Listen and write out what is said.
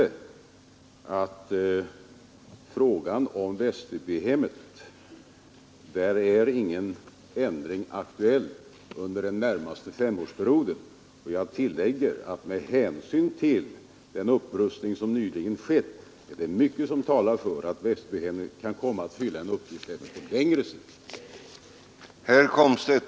Jag förklarar att någon förändring när det gäller Västerbyhemmet inte är aktuell under den närmaste femårsperioden, och jag tillade att med hänsyn till den upprustning som nyligen skett är det mycket som talar för att Västerbyhemmet kan komma att fylla en uppgift även på längre sikt.